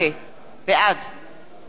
בעד אהוד ברק,